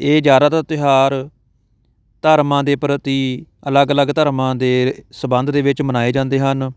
ਇਹ ਜ਼ਿਆਦਾਤਰ ਤਿਉਹਾਰ ਧਰਮਾਂ ਦੇ ਪ੍ਰਤੀ ਅਲੱਗ ਅਲੱਗ ਧਰਮਾਂ ਦੇ ਸੰਬੰਧ ਦੇ ਵਿੱਚ ਮਨਾਏ ਜਾਂਦੇ ਹਨ